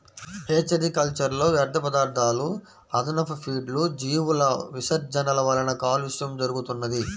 hatchery కల్చర్లో వ్యర్థపదార్థాలు, అదనపు ఫీడ్లు, జీవుల విసర్జనల వలన కాలుష్యం జరుగుతుంది